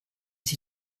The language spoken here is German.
sich